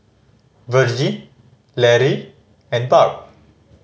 Virgie Lary and Barb